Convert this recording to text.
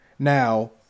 now